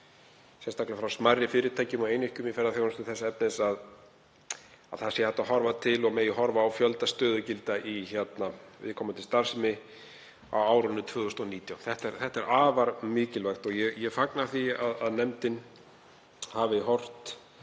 sérstaklega frá smærri fyrirtækjum og einyrkjum í ferðaþjónustu, þess efnis að hægt sé að horfa til og megi horfa á fjölda stöðugilda í viðkomandi starfsemi á árinu 2019. Þetta er afar mikilvægt og ég fagna því að nefndin hafi horft